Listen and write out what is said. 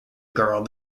girl